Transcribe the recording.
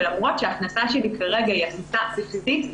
ולמרות שההכנסה שלי כרגע היא הכנסה בסיסית,